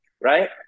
right